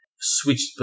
switched